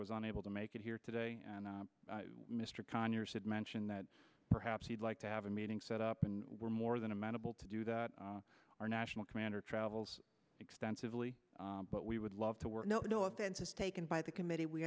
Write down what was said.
was unable to make it here today mr conyers had mentioned that perhaps he'd like to have a meeting set up and we're more than amenable to do that our national commander travels extensively but we would love to work no offense is taken by the committee we